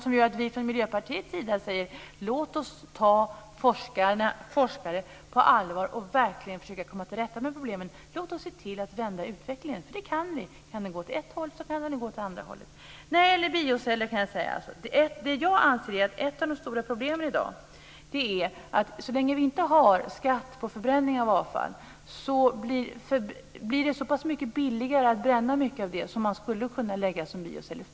Det gör att vi i Miljöpartiet säger: Låt oss ta forskare på allvar och försöka komma till rätta med problemen! Låt oss se till att vända utvecklingen! För det kan vi. Om utvecklingen kan gå åt ett håll, kan den gå åt andra hållet också. När det gäller bioceller anser jag att ett av de stora problemen i dag är att så länge vi inte har skatt på förbränning av avfall blir det så pass mycket billigare att bränna mycket av det som man skulle kunna lägga som bioceller.